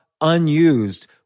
unused